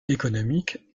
économique